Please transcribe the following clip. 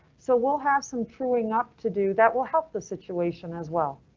so we'll have some truing up to do that will help the situation as well.